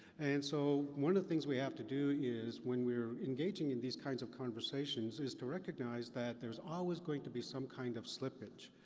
and so, one of the things we have to do is, when we're engaging in these kinds of conversations, is to recognize that there's always going to be some kind of slippage.